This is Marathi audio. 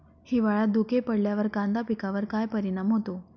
हिवाळ्यात धुके पडल्यावर कांदा पिकावर काय परिणाम होतो?